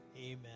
amen